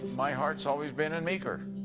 my heart's always been in meeker.